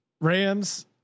Rams